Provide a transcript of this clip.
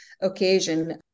occasion